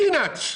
פינאטס.